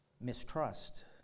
mistrust